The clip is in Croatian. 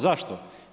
Zašto?